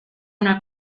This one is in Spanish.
una